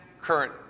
current